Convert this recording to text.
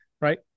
right